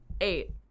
Eight